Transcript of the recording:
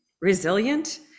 resilient